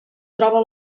troba